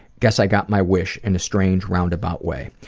guess i got my wish in a strange, roundabout way.